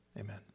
amen